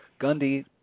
Gundy